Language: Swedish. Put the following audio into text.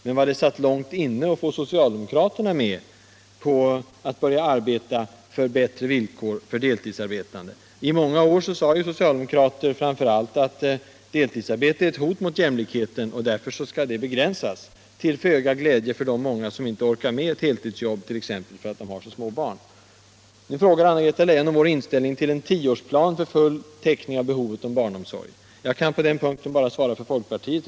Men vad det satt: långt inne att få socialdemokraterna att börja arbeta för bättre villkor åt deltidsarbetande. I många år sade socialdemokraterna bara att deltidsarbete är ett hot mot jämlikheten och au det därför måste begränsas — till ringa glädje för de många som inte orkade med heltidsjobb t.ex. för att de har små barn. Nu frågar Anna-Greta Leijon om vår inställning till en tioårsplan för full täckning av behovet av barnomsorg. Jag kan på den punkten bara svara för folkpartiet.